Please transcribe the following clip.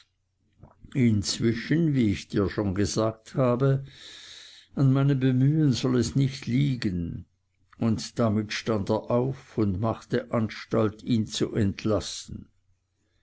inzwischen wie ich dir schon gesagt habe an meinem bemühen soll es nicht liegen und damit stand er auf und machte anstalt ihn zu entlassen